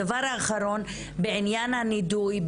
הדבר בעניין הנידוי,